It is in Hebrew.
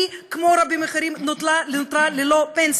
היא, כמו רבים אחרים, נותרה ללא פנסיה.